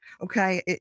okay